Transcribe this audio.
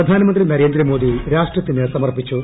പ്രധാനമന്ത്രി നരേന്ദ്ര മോദി രാഷ്ട്രത്തിനു സമർപ്പിച്ചു